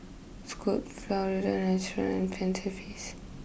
Scoot Florida Natural and Feast